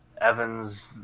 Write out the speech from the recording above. Evans